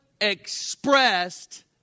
expressed